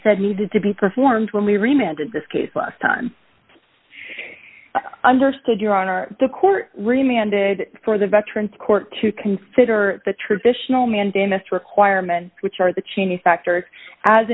said needed to be performed when we remembered this case last time understood your honor the court remey ended for the veterans court to consider the traditional mandamus requirement which are the cheney factors as